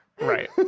Right